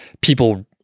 people